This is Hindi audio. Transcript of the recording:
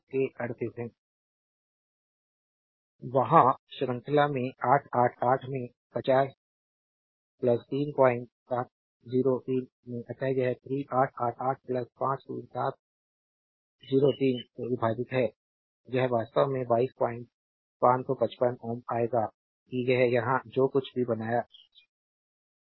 स्लाइड समय देखें a205 वहाँ श्रृंखला में 888 में 50 3703 में अत यह 3888 53703 से विभाजित है यह वास्तव में 22555 Ω आएगा कि यह यहां जो कुछ भी बनाया गया है